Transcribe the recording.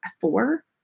four